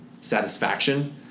satisfaction